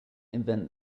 invent